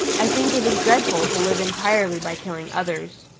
i think it is dreadful to live entirely by killing others.